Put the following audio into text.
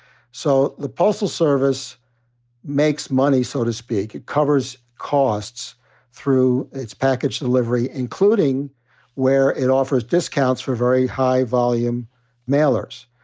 so the postal service makes money, so to speak. it covers costs through its package delivery including where it offers discounts for very high volume mailers.